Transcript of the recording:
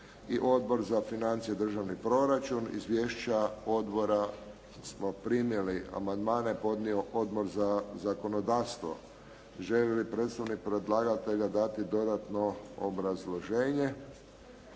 i Odbor za financije i državni proračun. Izvješća odbora smo primili. Amandmane je podnio Odbor za zakonodavstvo. Želi li predstavnik predlagatelja dati dodatno obrazloženje?